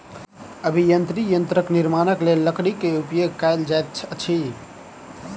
अभियांत्रिकी यंत्रक निर्माणक लेल लकड़ी के उपयोग कयल जाइत अछि